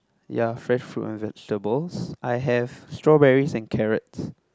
ya fresh fruit and vegetables I have strawberries and carrots